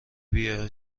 بیام